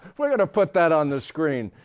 we are going to put that on the screen.